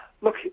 Look